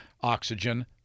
oxygen